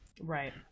Right